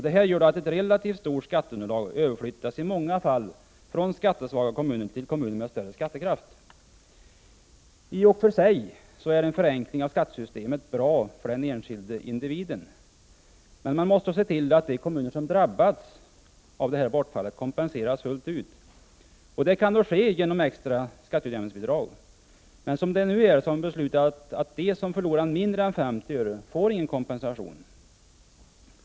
Detta gör att ett relativt stort skatteunderlag överflyttas från i många fall skattesvaga kommuner till kommuner med större skattekraft. I och för sig är en förenkling av skattesystemet bra för den enskilde individen. Men man måste då se till att de kommuner som drabbas av ett bortfall kompenseras fullt ut. Detta kan ske exempelvis genom extra skatteutjämningsbidrag. Men det beslut som nu har fattats innebär att kommuner som förlorar mindre än 50 öre inte får någon kompensation.